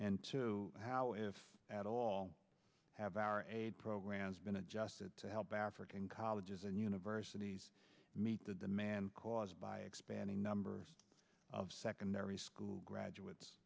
and to how if at all have our aid programs been adjusted to help african colleges and universities meet the demand caused by expanding number of secondary school